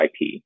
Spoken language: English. IP